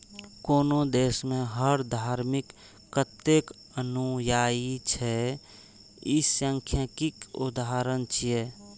कोनो देश मे हर धर्मक कतेक अनुयायी छै, ई सांख्यिकीक उदाहरण छियै